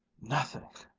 nothing!